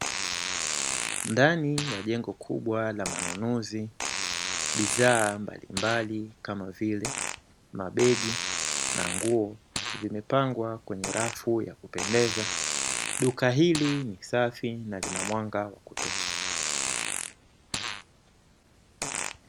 Ndani ya jengo kubwa la manunuzi, bidhaa mbalimbali kama vile mabegi na nguo zimepangwa kwenye rafu ya kupendeza. Duka hili ni safi na lina mwanga wa kutosha.